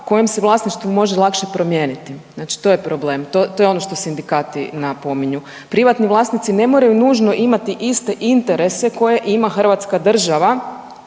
kojem se vlasništvo može lakše promijeniti, znači to je problem, to je ono što sindikati napominju. Privatni vlasnici ne moraju nužno imati iste interese koje ima hrvatska država,